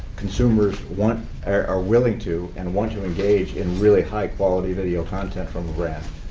consumers want are willing to and want to engage in really high quality video content from a brand.